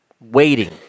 waiting